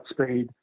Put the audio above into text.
speed